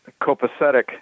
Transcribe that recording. copacetic